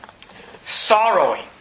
sorrowing